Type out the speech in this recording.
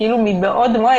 מבעוד מועד?